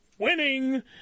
Winning